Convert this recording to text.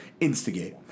instigate